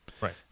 Right